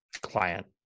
client